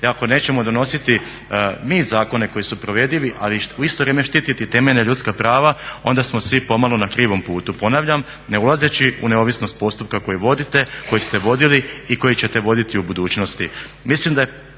i ako nećemo donositi mi zakone koji su provedivi ali u isto vrijeme štititi temeljna ljudska prava onda smo svi pomalo na krivom putu, ponavljam ne ulazeći u neovisnost postupka koji vodite, koji ste vodili i koji ćete voditi u budućnosti.